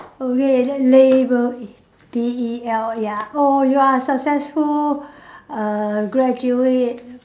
okay that label L A B E L ya you are successful err graduate